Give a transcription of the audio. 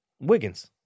Wiggins